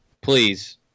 please